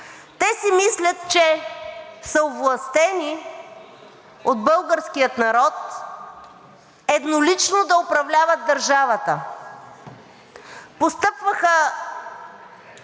Те си мислят, че са овластени от българския народ еднолично да управляват държавата. Постъпваха